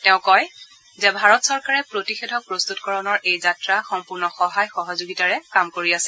তেওঁ কয় যে ভাৰত চৰকাৰে প্ৰতিষেধক প্ৰস্ততকৰণৰ এই যাত্ৰা সম্পূৰ্ণ সহায় সহযোগিতাৰে কাম কৰি আছে